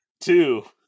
two